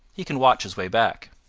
he can watch his way back.